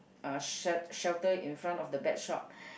uh shel~ shelter in front of the pet shop